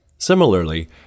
Similarly